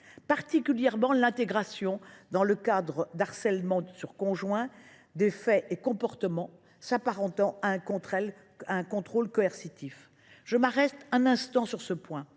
particulier à l’intégration, dans la définition du harcèlement sur conjoint, de faits et comportements s’apparentant à un contrôle coercitif. Je m’arrête un instant sur ce point.